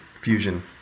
Fusion